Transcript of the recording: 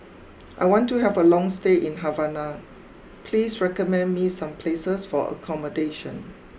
I want to have a long stay in Havana please recommend me some places for accommodation